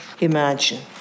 imagine